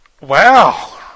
wow